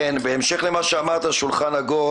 בהמשך למה שאמרת על השולחן העגול,